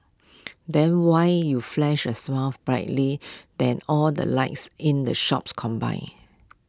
then why you flash A smile brightly than all the lights in the shops combined